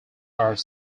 are